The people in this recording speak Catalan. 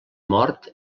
mort